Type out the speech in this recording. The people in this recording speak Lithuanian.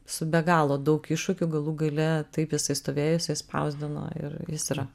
su be galo daug iššūkių galų gale taip jisai stovėjo jisai spausdino ir jis yra